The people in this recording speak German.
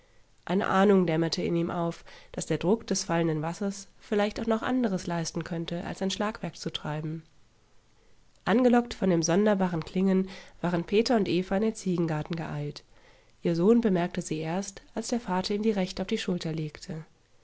eine ahnung dämmerte ihm auf daß der druck des fallenden wassers vielleicht auch noch anderes leisten könnte als ein schlagwerk zu treiben angelockt von dem sonderbaren klingen waren peter und eva in den ziegengarten geeilt ihr sohn bemerkte sie erst als der vater ihm die rechte auf die schulter legte